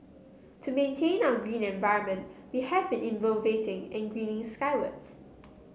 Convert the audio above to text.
to maintain our green environment we have been innovating and greening skywards